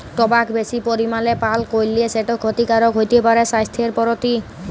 টবাক বেশি পরিমালে পাল করলে সেট খ্যতিকারক হ্যতে পারে স্বাইসথের পরতি